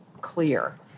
clear